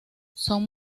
son